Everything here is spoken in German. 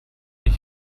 ich